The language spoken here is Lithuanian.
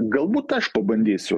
galbūt aš pabandysiu